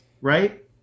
right